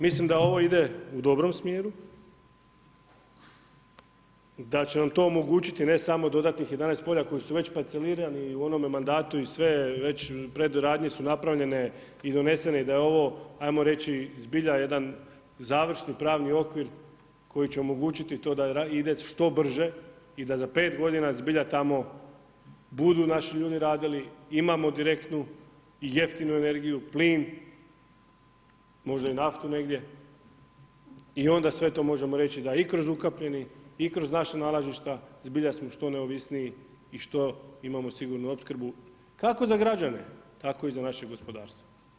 Mislim da ovo ide u dobrom smjeru, da će nam to omogućiti, ne samo dodatnih 11 polja, koji su već parcelirani i u onome mandatu i sve, već predradnje su napravljene i donesene i da je ovo, ajmo reći, zbilja jedan završni pravni okvir, koji će omogućiti to da ide što brže i da za 5 g. zbilja tamo budu naši ljudi radili, imamo direktnu i jeftinu energiju, plin, možda i naftu negdje i onda sve to možemo reći da i kroz ukapljeni i kroz naša nalazišta, zbilja smo što neovisniji i što imamo sigurnu opskrbu kako za građane tako i za naš gospodarstvo.